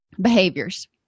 behaviors